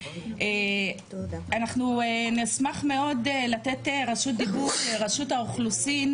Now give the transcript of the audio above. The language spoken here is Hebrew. אנחנו נשמח מאוד לתת רשות דיבור לרשות האוכלוסין,